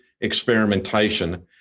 experimentation